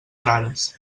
frares